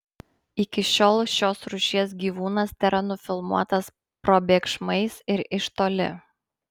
iki šiol šios rūšies gyvūnas tėra nufilmuotas probėgšmais ir iš toli